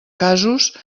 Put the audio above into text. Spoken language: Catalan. casos